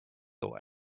away